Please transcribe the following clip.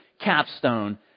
capstone